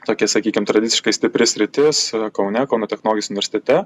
tokia sakykim tradiciškai stipri sritis yra kaune kauno technogis universitete